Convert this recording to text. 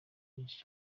nyinshi